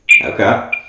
Okay